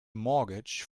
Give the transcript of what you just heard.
mortgage